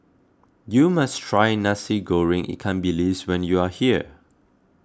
you must try Nasi Goreng Ikan Bilis when you are here